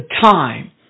time